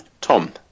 Tom